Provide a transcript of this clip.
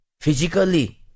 physically